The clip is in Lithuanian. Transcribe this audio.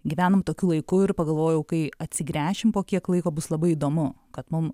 gyvenam tokiu laiku ir pagalvojau kai atsigręšim po kiek laiko bus labai įdomu kad mum